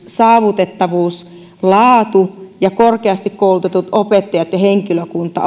saavutettavuus laatu ja korkeasti koulutetut opettajat ja henkilökunta